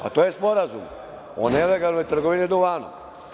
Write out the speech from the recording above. Pa to je Sporazum o nelegalnoj trgovini duvanom.